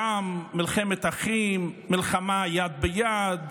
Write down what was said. דם, מלחמת אחים, מלחמה יד ביד,